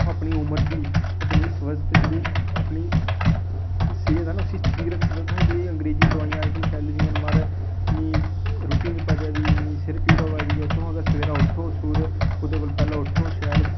तुस अपनी उमर दी अपने स्वस्थ जेह्ड़ी अपनी सेहत ना इसी ठीक रखी सकदे तुस जेह्कियां अंग्रेजी दवाइयां अज्जकल फैली दियां न म्हराज मीं रुट्टी नेईं पचाऽ दी मीं सिर पीड़ होवा दी ऐ ते तुस अगर सबैह्रे उट्ठो सूरज उदय कोला पैह्लें उट्ठो शैल